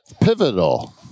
pivotal